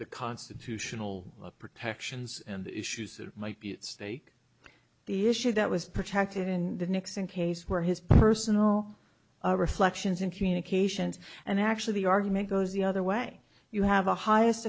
the constitutional protections and issues that might be at stake the issue that was protected in the nixon case were his personal reflections and communications and actually the argument goes the other way you have a highest